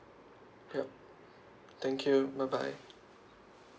yup thank you bye bye